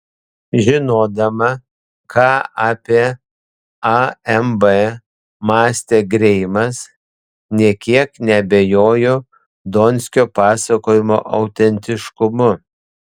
žinodama ką apie amb mąstė greimas nė kiek neabejoju donskio pasakojimo autentiškumu